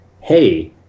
Hey